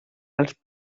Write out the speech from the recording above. als